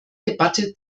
debatte